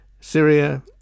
Syria